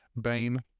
Bane